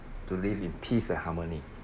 to live in peace and harmony